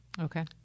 Okay